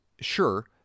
sure